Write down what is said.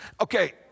Okay